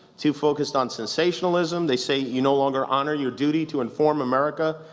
too focused on sensationalism. they say you no longer honor your duty to inform america,